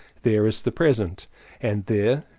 there is the present and there,